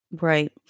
Right